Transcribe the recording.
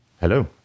Hello